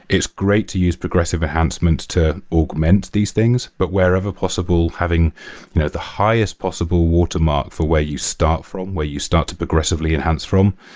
it's great to use progressive enhancements to augment these things, but wherever possible having you know the highest possible watermark for where you start from, where you start to progressively enhance from.